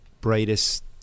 brightest